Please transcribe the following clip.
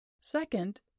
Second